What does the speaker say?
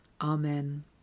Amen